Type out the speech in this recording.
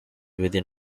within